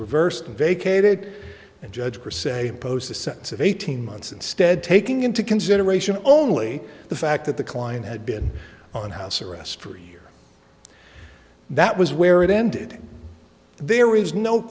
reversed and vacated and judged her say the sense of eighteen months instead taking into consideration only the fact that the client had been on house arrest three year that was where it ended there is no